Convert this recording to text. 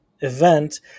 event